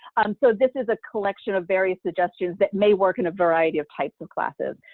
and um so this is a collection of various suggestions that may work in a variety of types of classes.